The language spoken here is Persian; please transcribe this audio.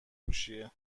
هوشیه